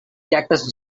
cactus